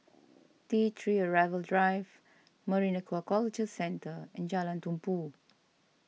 T three Arrival Drive Marine Aquaculture Centre and Jalan Tumpu